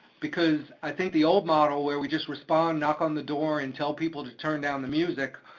because i think the old model where we just respond, knock on the door and tell people to turn down the music,